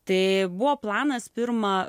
tai buvo planas pirma